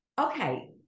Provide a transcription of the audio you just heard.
okay